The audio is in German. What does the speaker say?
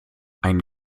ein